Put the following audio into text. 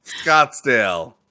Scottsdale